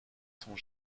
sont